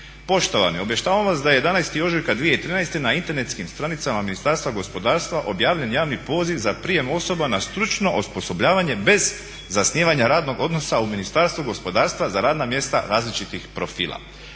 "Poštovani obavještavamo vas da 11. ožujka 2013. na internetskim stranicama Ministarstva gospodarstva objavljen javni poziv za prijem osoba na stručno osposobljavanje bez zasnivanja radnog odnosa u Ministarstvu gospodarstva za radna mjesta različitih profila.